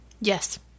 Yes